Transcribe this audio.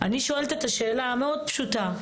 אני שואלת את השאלה המאוד פשוטה,